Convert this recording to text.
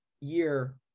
year